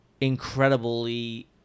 incredibly